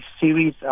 series